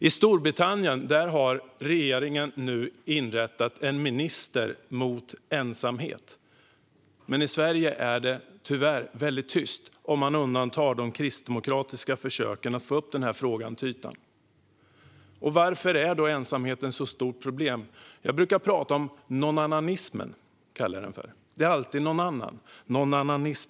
I Storbritannien har regeringen nu inrättat en minister mot ensamhet. Men i Sverige är det tyvärr mycket tyst, om man undantar de kristdemokratiska försöken att få upp denna fråga till ytan. Varför är ensamheten ett så stort problem? Jag brukar tala om nånannanismen, att det alltid är någon annan som ska göra något.